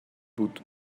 بود